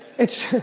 it's